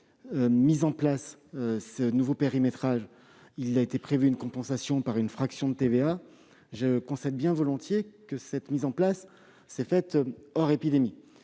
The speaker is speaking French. mis en place ce nouveau « périmétrage », si j'ose dire, il a été prévu une compensation par une fraction de TVA. Je le concède bien volontiers, cette mise en place s'est faite hors épidémie.